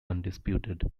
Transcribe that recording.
undisputed